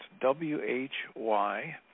w-h-y